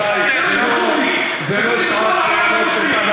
רבותי, זה לא,